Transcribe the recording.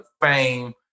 fame